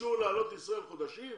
אישור לעלות לישראל חודשים?